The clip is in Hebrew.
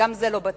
וגם זה לא בטוח.